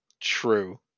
True